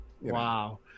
wow